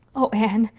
oh, anne,